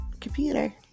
computer